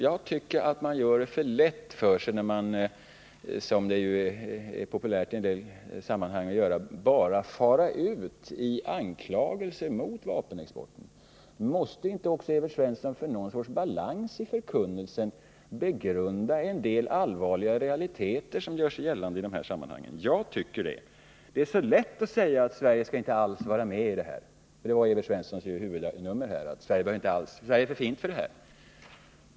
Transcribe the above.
Jag tycker att man gör det för lätt för sig när man anser sig bara kunna fara ut i anklagelser mot vapenexporten. Det är ju en metod som är populär i en del sammanhang. Måste inte Evert Svensson för att få någon sorts balans i sin förkunnelse också begrunda en del allvarliga realiteter som gör sig gällande i dessa sammanhang? Jag tycker det. Det är så lätt att säga att Sverige inte alls skall vara med om detta — Evert Svenssons huvudnummer var ju att säga att Sverige är för fint för detta.